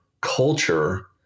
culture